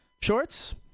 Shorts